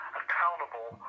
accountable